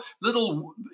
little